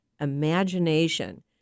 imagination